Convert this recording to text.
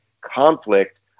conflict